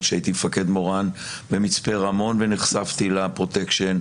כשהייתי מפקד מורן במצפה רמון ונחשפתי לפרוטקשן,